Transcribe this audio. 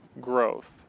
growth